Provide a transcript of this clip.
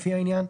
לפי העניין,